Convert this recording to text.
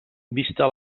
vista